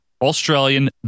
Australian